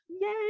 Yay